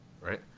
right